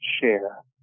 share